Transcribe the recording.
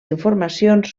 informacions